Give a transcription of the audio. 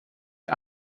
für